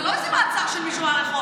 זה לא איזה מעצר של מישהו מהרחוב.